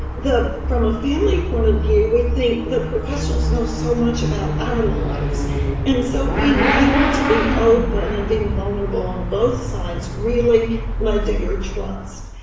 from a family point of view, we think the professionals know so much about our lives and so being able to be open and being vulnerable on both sides really led to your trust,